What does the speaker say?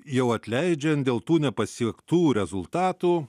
jau atleidžiant dėl tų nepasiektų rezultatų